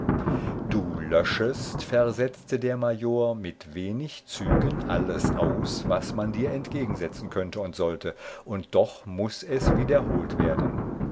du löschest versetzte der major mit wenig zügen alles aus was man dir entgegensetzen könnte und sollte und doch muß es wiederholt werden